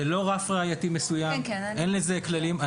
זה לא רף ראייתי מסוים, אין לזה כללים.